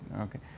okay